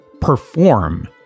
perform